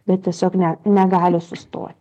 bet tiesiog ne negali sustoti